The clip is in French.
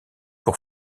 pour